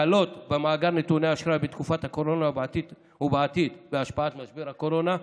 הקלות במאגר נתוני אשראי בתקופת הקורונה ובעתיד בהשפעת משבר הקורונה,